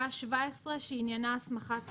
פסקה (17) שעניינה הסמכת מפקחים.